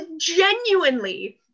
genuinely